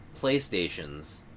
PlayStations